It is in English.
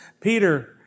Peter